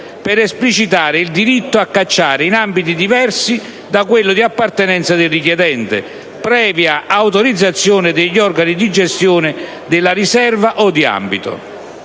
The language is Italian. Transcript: per esplicitare il diritto a cacciare in ambiti diversi da quello di appartenenza del richiedente, previa autorizzazione degli organi di gestione della riserva o di ambito.